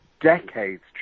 decades